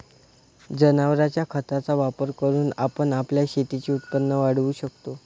जनावरांच्या खताचा वापर करून आपण आपल्या शेतीचे उत्पन्न वाढवू शकतो